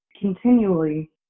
continually